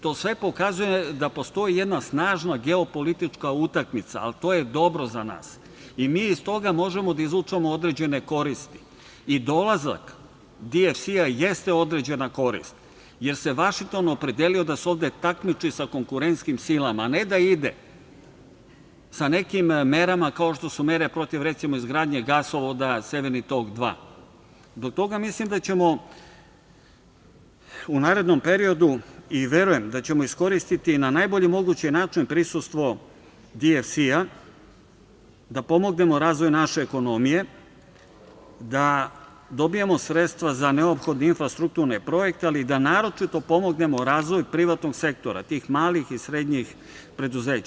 To sve pokazuje da postoji jedna snažna geopolitička utakmica, ali to je dobro za nas i mi iz toga možemo da izvučemo određene koristi i dolazak DFC jeste određena korist jer se Vašington opredelio da se ovde takmiči sa konkurentskim silama, a ne da ide sa nekim merama kao što su mere protiv, recimo, izgradnje gasovoda Severni tog 2. Zbog toga mislim da ćemo u narednom periodu i verujem da ćemo iskoristiti na najbolji mogući način prisustvom DFC da pomognemo razvoju naše ekonomije, da dobijemo sredstva za neophodne infrastrukturne projekte, ali da naročito pomognemo razvoju privatnog sektora, tih malih i srednjih preduzeća.